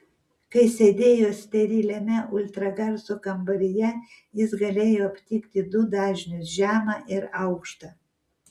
kai sėdėjo steriliame ultragarso kambaryje jis galėjo aptikti du dažnius žemą ir aukštą